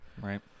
Right